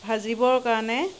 ভাজিবৰ কাৰণে